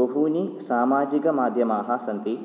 बहूनि सामाजिकमाद्यमाः सन्ति